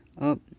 up